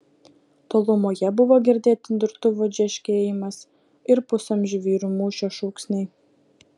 tolumoje buvo girdėti durtuvų džerškėjimas ir pusamžių vyrų mūšio šūksniai